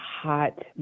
hot